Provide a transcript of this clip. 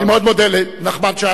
אני מאוד מודה לנחמן שי.